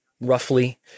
roughly